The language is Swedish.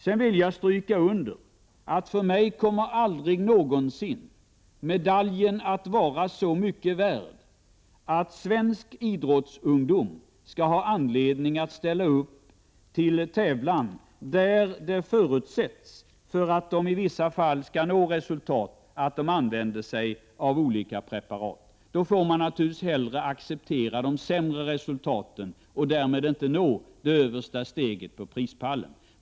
Sedan vill jag understryka att för mig kommer aldrig någonsin medaljen att vara så mycket värd att svensk idrottsungdom skall ha anledning att ställa upp till tävlan där det, för att de i vissa fall skall nå resultat, förutsätts att de använder sig av preparat. Då får man naturligtvis hellre acceptera de sämre resultaten och därmed att man inte når det översta steget på prispallen.